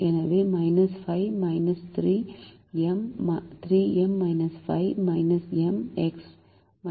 எனவே 5 3M 5 M